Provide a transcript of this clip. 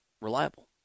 Reliable